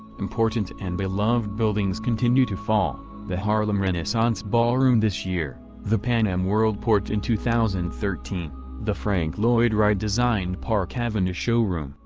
important and beloved buildings continue to fall the harlem renaissance ballroom this year the pan am worldport in two thousand and thirteen the frank lloyd wright-designed park avenue showroom,